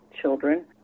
children